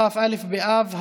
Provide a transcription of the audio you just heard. כ"א באב התש"ף,